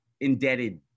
indebted